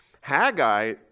Haggai